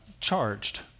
Charged